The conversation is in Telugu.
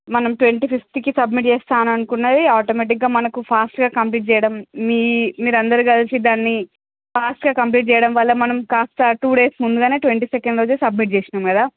మనం ట్వంటీ ఫిఫ్త్కి సబ్మిట్ చేస్తాననుకున్నది ఆటోమేటిక్గా మనకు ఫాస్ట్గా కంప్లీట్ చేయడం మీ మీరందరూ కలిసి దాన్ని ఫాస్ట్గా కంప్లీట్ చేయడం వల్ల మనం కాస్త టూ డేస్ ముందుగానే ట్వంటీ సెకండ్ రోజే సబ్మిట్ చేసినాం కదా